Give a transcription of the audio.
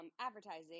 advertising